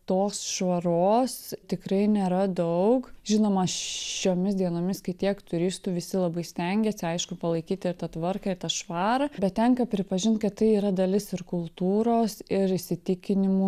tos švaros tikrai nėra daug žinoma šiomis dienomis kai tiek turistų visi labai stengiasi aišku palaikyti ir tvarką ir tą švarą bet tenka pripažint kad tai yra dalis ir kultūros ir įsitikinimų